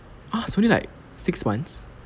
[ah} it's only like six months